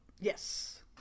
yes